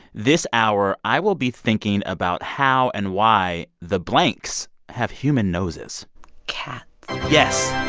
this hour, i will be thinking about how and why the blanks have human noses cats yes,